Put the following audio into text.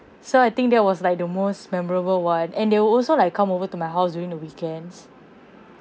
so I think that was like the most memorable one and they will also like come over to my house during the weekends